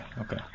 Okay